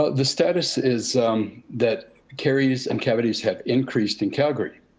ah the status is that caries and cavities have increased in calgary